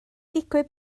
digwydd